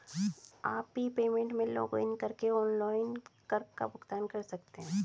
आप e payment में login करके ऑनलाइन कर का भुगतान कर सकते हैं